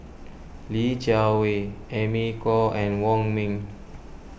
Li Jiawei Amy Khor and Wong Ming